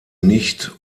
nicht